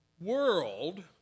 world